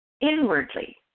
Inwardly